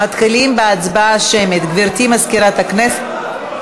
מתחילים בהצבעה שמית, גברתי מזכירת הכנסת.